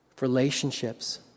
relationships